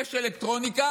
יש אלקטרוניקה,